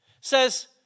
says